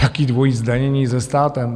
Jaké dvojí zdanění se státem?